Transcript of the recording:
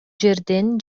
жерден